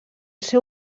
seu